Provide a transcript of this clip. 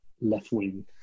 left-wing